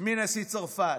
מנשיא צרפת,